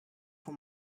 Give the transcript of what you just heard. for